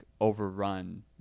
overrun